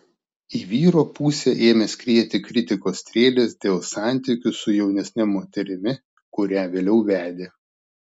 į vyro pusę ėmė skrieti kritikos strėlės dėl santykių su jaunesne moterimi kurią vėliau vedė